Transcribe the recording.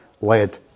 led